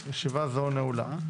ישיבה זו נעולה.